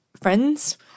friends